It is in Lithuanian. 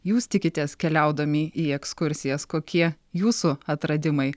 jūs tikitės keliaudami į ekskursijas kokie jūsų atradimai